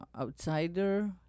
outsider